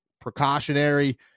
precautionary